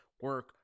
Work